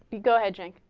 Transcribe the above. ego edging